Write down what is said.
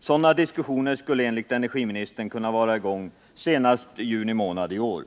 Sådana diskussioner skulle enligt energiministern kunna vara i gång senast i juni månad i år.